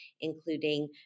including